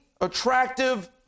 attractive